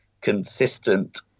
consistent